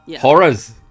horrors